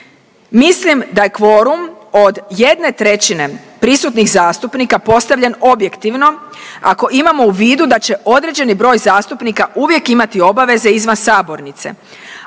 Mislim da je kvorum od 1/3 prisutnih zastupnika postavljen objektivno, ako imamo u vidu da će određeni broj zastupnika uvijek imati obaveze izvan sabornice,